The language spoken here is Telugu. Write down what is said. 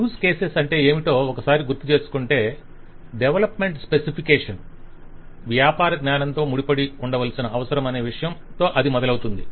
యూజ్ కేసెస్ అంటే ఏమిటో ఒకసారి గుర్తు చేసుకుంటే డెవలప్మెంట్ స్పెసిఫికేషన్ వ్యాపార జ్ఞానంతో ముడిపడి ఉండవలసిన అవసరమనే విషయంతో అది మొదలవుతుంది